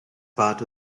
part